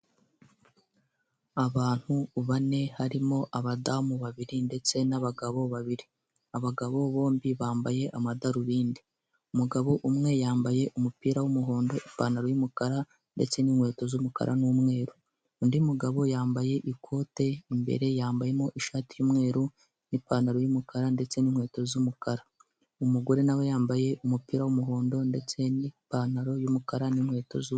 Abantu bane harimo abadamu babiri ndetse n'abagabo babiri, abagabo bombi bambaye amadarubindi umugabo, umwe yambaye umupira w'umuhondo ipantalo y'umukara ndetse n'inkweto z'umukara n'umweru undi mugabo yambaye ikote imbere yambayemo ishati yu'mweru n'ipantalo y'umukara ndetse n'inkweto z'umukara, umugore nawe yambaye umupira w'umuhondo ndetse n'ipantalo y'umukara n'inkweto z'umun...